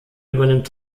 übernimmt